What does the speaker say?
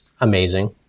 amazing